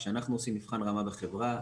כשאנחנו עושים מבחן רמה בחברה,